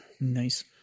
Nice